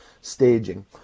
staging